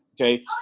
Okay